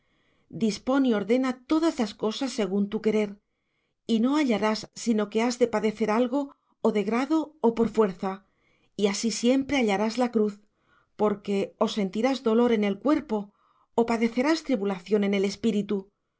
y ordena todas las cosas según tu querer y no hallarás sino que has de padecer algo o de grado o por fuerza y así siempre hallarás la cruz porque o sentirás dolor en el cuerpo o padecerás tribulación en el espíritu